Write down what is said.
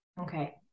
Okay